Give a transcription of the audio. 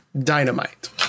Dynamite